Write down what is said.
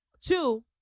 Two